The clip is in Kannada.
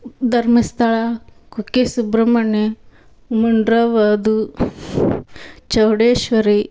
ಧರ್ಮಸ್ಥಳ ಕುಕ್ಕೆ ಸುಬ್ರಹ್ಮಣ್ಯ ಮುನ್ರಾಬಾದು ಚೌಡೇಶ್ವರಿ